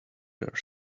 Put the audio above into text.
their